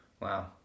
Wow